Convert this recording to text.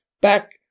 back